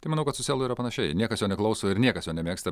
tai manau kad su selu yra panašiai niekas jo neklauso ir niekas jo nemėgsta